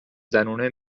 زنونه